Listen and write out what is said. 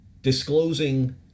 Disclosing